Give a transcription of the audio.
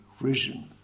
risen